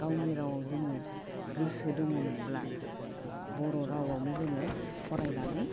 गावनि रावाव जोङो गोसो दंङोमोनब्ला बर' रावावनो जोङो फरायनानै